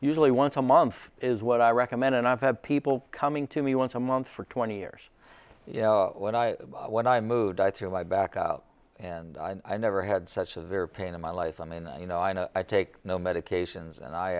usually once a month is what i recommend and i've had people coming to me once a month for twenty years you know when i when i moved i to my back out and i never had such of their pain in my life i mean you know i know i take no medications and i